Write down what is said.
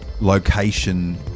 location